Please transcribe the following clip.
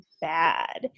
bad